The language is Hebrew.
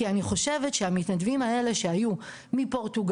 כי אני חושבת שהמתנדבים האלה שהיו מפורטוגל,